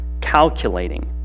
calculating